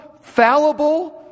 fallible